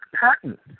patent